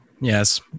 Yes